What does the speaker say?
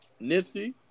Nipsey